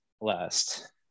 last